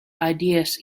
ideas